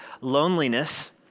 Loneliness